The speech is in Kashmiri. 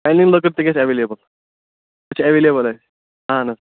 پینلِنٛگ لٔکٕر تہِ گژھِ ایویلیبٕل سۅ چھِ ایویلیبٕل اَسہِ اَہَن حظ